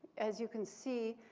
as you can see,